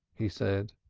he said.